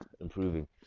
improving